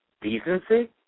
Decency